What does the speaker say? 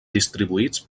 distribuïts